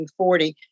1940